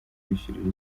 kwishyurira